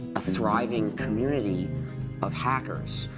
a thriving community of hackers,